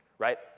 Right